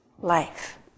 life